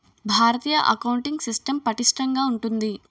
భారతీయ accounting system పటిష్టంగా ఉంటుంది